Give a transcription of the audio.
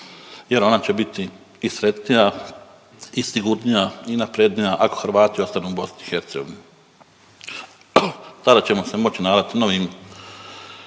jer ona će biti i sretnija i sigurtnija i naprednija ako Hrvati ostanu u BiH. Tada ćemo se moći nadati novim